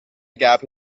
gap